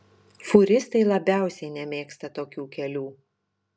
fūristai labiausiai nemėgsta tokių kelių